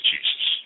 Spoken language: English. Jesus